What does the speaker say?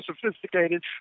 sophisticated